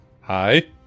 Hi